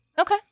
Okay